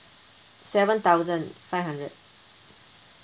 seven thousand five hundred